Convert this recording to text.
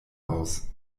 aus